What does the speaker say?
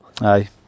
Aye